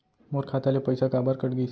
मोर खाता ले पइसा काबर कट गिस?